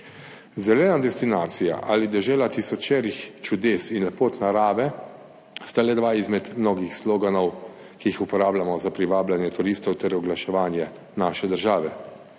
Zelena destinacija ali dežela tisočerih čudes in lepot narave sta le 2 izmed mnogih sloganov, ki jih uporabljamo za privabljanje turistov ter oglaševanje naše države.